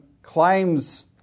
claims